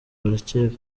bareke